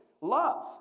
love